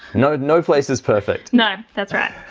no, no place is perfect. no, that's right.